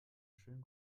schönen